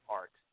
art